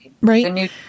Right